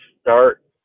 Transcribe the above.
start